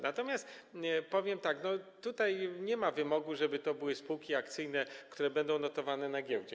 Natomiast powiem tak: Tutaj nie ma wymogu, żeby to były spółki akcyjne, które będą notowane na giełdzie.